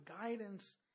guidance